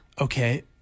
Okay